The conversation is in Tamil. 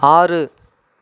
ஆறு